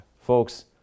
Folks